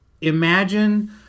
imagine